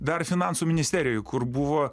dar finansų ministerijoj kur buvo